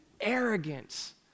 arrogance